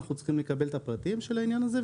אנחנו צריכים לקבל את הפרטים של העניין הזה,